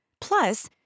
Plus